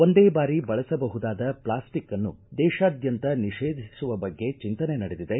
ಒಂದೇ ಬಾರಿ ಬಳಸಬಹುದಾದ ಪ್ಲಾಸ್ಟಿಕ್ನ್ನು ದೇಶಾದ್ಯಂತ ನಿಷೇಧಿಸುವ ಬಗ್ಗೆ ಚಿಂತನೆ ನಡೆದಿದೆ